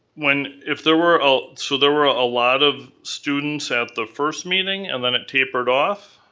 when, if there were. so there were a lot of students at the first meeting and then it tapered off?